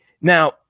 Now